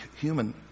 human